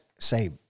Say